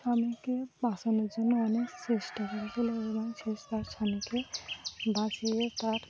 স্বামীকে বাঁচানোর জন্য অনেক চেষ্টা করেছিল এবং শেষে তার স্বামীকে বাঁচিয়ে তার